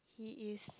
he is